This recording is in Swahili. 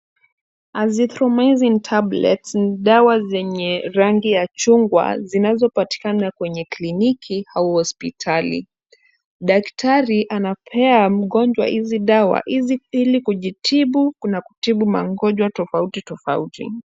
Azithromizin tablets ni dawa zenye rangi ya chungwa zinazopatikana kwenye kliniki au hospitali. Daktari anampea mgonjwa hizi dawa ili kujitibu kuna kutibu magonjwa tofauti tofauti.